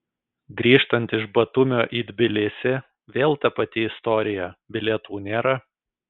grįžtant iš batumio į tbilisį vėl ta pati istorija bilietų nėra